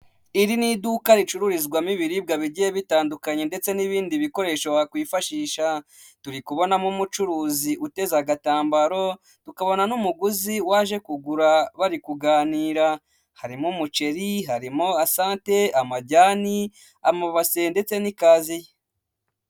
Iri ni iduka ricururizwamo ibiribwa bigiye bitandukanye ndetse n'ibindi bikoresho wakwifashisha. Turi kubonamo umucuruzi uteze agatambaro, tukabona n'umuguzi waje kugura, bari kuganira. Harimo umuceri, harimo asante, amajyani, amubase ndetse n'ikaziye.